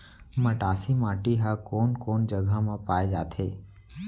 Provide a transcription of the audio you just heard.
मटासी माटी हा कोन कोन जगह मा पाये जाथे?